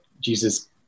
Jesus